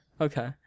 Okay